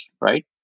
right